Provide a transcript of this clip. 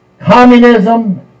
communism